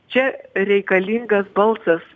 čia reikalingas balsas